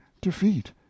defeat